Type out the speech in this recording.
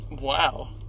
Wow